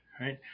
right